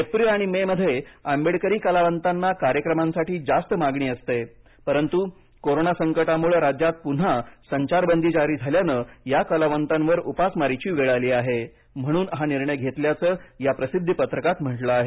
April आणि May मध्ये आंबेडकरी कालावंतांना कार्याक्रमांसाठी जास्त मागणी असते पण कोरोना संकटामुळे राज्यात पुन्हा संचारबंदी जारी झाल्यानं या कलावंतांवर उपासमारीची वेळ आली आहे म्हणून हा निर्णय घेतल्याचं या प्रसिद्धिपत्रकात म्हटलं आहे